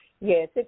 Yes